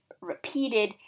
repeated